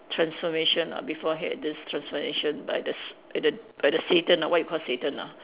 transformation ah before he had this transformation by the s~ by the by the Satan ah what we call Satan lah